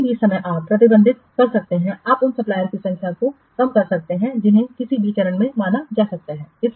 किसी भी समय आप प्रतिबंधित कर सकते हैं आप उन सप्लायरसकी संख्या को कम कर सकते हैं जिन्हें किसी भी चरण में माना जा रहा है